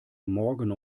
morgen